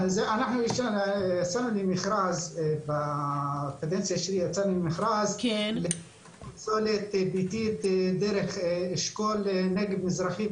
אנחנו הוצאנו מכרז בקדנציה שלי לפסולת ביתית דרך אשכול נגב מזרחי,